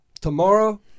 Tomorrow